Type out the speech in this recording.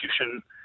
execution